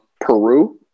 Peru